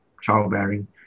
childbearing